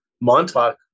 Montauk